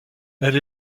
elle